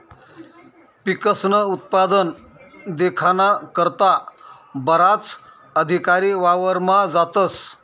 पिकस्नं उत्पादन देखाना करता बराच अधिकारी वावरमा जातस